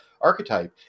archetype